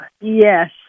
Yes